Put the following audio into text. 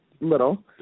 little